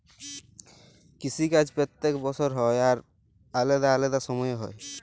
কিসি কাজ প্যত্তেক বসর হ্যয় আর আলেদা আলেদা সময়ে হ্যয়